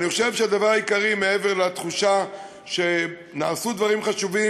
אני חושב שהדבר העיקרי הוא שמעבר לתחושה שנעשו דברים חשובים,